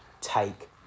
take